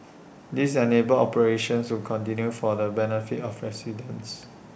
this enabled operations to continue for the benefit of residents